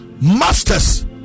masters